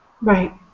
Right